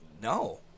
No